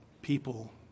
people